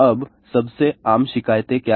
अब सबसे आम शिकायतें क्या हैं